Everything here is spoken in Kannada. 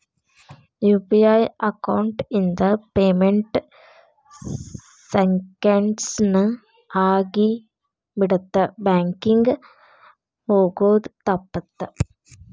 ಯು.ಪಿ.ಐ ಅಕೌಂಟ್ ಇಂದ ಪೇಮೆಂಟ್ ಸೆಂಕೆಂಡ್ಸ್ ನ ಆಗಿಬಿಡತ್ತ ಬ್ಯಾಂಕಿಂಗ್ ಹೋಗೋದ್ ತಪ್ಪುತ್ತ